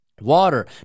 water